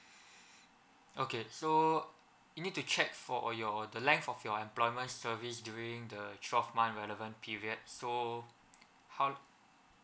okay so you need to check for your the length of your employment service during the twelve month relevant period so how